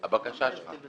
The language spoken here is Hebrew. הבקשה שלך.